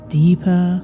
deeper